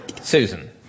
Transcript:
Susan